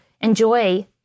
enjoy